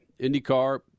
IndyCar